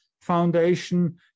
Foundation